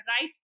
right